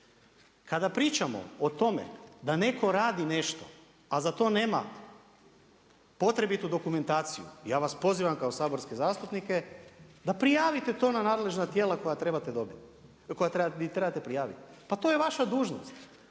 Kada pričamo o tome da netko radi nešto, a za to nema potrebitu dokumentaciju ja vas pozivam kao saborske zastupnike da prijavite to na nadležna tijela di trebate prijaviti. Pa to je vaša dužnost!